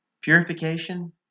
Purification